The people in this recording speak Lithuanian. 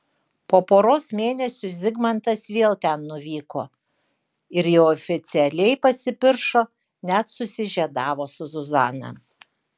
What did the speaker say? po poros mėnesių zigmantas vėl ten nuvyko ir jau oficialiai pasipiršo net susižiedavo su zuzana